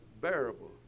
bearable